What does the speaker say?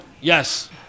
Yes